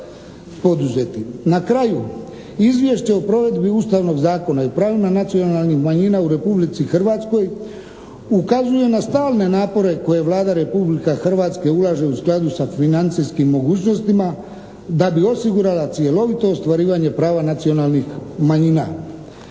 Na kraju, Izvješće o provedbi Ustavnog zakona i o pravima nacionalnih manjina u Republici Hrvatskoj ukazuju na stalne napore koje Vlada Republike Hrvatske ulaže u skladu sa financijskim mogućnostima da bi osigurala cjelovito ostvarivanje prava nacionalnih manjina.